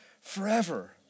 forever